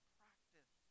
practice